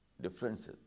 differences